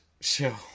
show